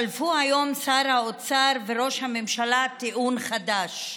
שלפו היום שר האוצר וראש הממשלה טיעון חדש,